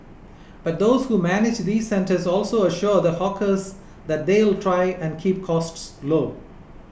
but those who manage these centres also assure the hawkers that they'll try and keep costs low